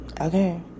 Okay